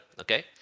Okay